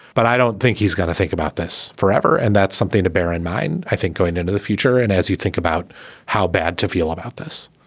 but i don't think he's gonna think about this forever. and that's something to bear in mind. i think going into the future and as you think about how bad to feel about this.